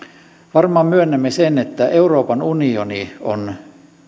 varmaan myönnämme sen että euroopan unioni on